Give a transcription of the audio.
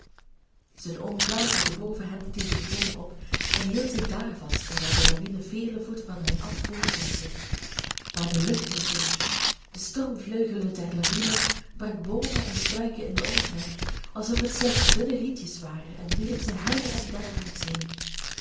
zijn oom klauterde boven hem tegen den boom op en hield zich daar vast terwijl de lawine vele voeten van hen af voortrolde maar de luchtdrukking de stormvleugelen der lawine brak boomen en struiken in den omtrek alsof het slechts dunne rietjes waren en wierp ze her en derwaarts heen